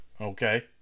Okay